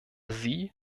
sie